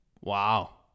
Wow